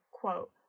quote